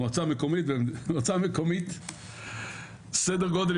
מועצה מקומית עם סדר גודל,